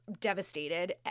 devastated